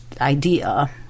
idea